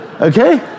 Okay